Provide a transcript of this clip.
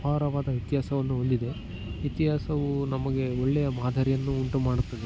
ಅಪಾರವಾದ ವ್ಯತ್ಯಾಸವನ್ನು ಹೊಂದಿದೆ ಇತಿಹಾಸವು ನಮಗೆ ಒಳ್ಳೆಯ ಮಾದರಿಯನ್ನು ಉಂಟು ಮಾಡುತ್ತದೆ